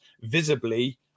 visibly